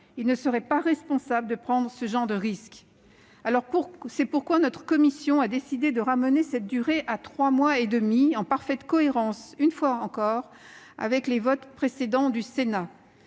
Il ne serait pas responsable de prendre ce genre de risque. C'est pourquoi notre commission a décidé de ramener cette durée à trois mois et demi, en parfaite cohérence, une fois encore, avec les précédents votes du Sénat.